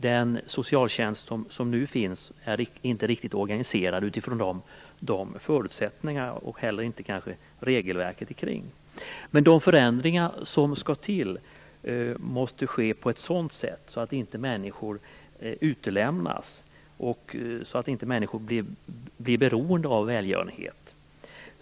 Den socialtjänst som finns nu är inte riktigt organiserad utifrån dessa förutsättningar. Det gäller kanske också regelverket kring detta. Men de förändringar som skall till måste ske på ett sådant sätt att människor inte utelämnas och blir beroende av välgörenhet.